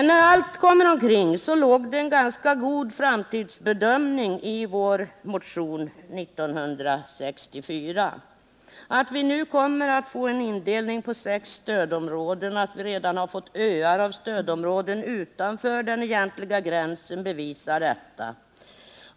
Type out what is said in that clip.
När allt kommer omkring så låg det en ganska god framtidsbedömning i vår motion 1964. Att vi nu kommer att få en indelning i sex stödområden och att vi redan har fått ”öar” av stödområden utanför den egentliga gränsen bevisar detta.